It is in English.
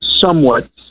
somewhat